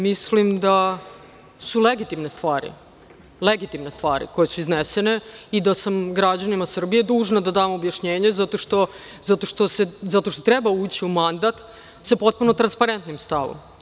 Mislim da su legitimne stvari koje su iznesene i da sam građanima Srbije dužna da dam objašnjenje zato što treba ući u mandat sa potpuno transparentnim stavom.